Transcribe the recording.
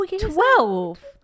twelve